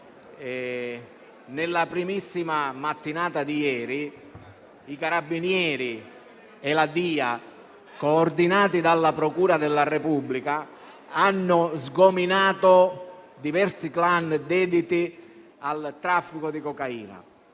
Nella primissima mattinata di ieri, i Carabinieri e la DIA, coordinati dalla procura della Repubblica, hanno sgominato diversi *clan* dediti al traffico di cocaina.